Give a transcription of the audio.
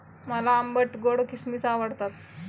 मला आंबट गोड किसमिस आवडतात